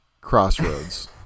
crossroads